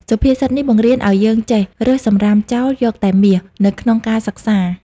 សុភាសិតនេះបង្រៀនឱ្យយើងចេះ «រើសសម្រាមចោល យកតែមាស» នៅក្នុងការសិក្សា។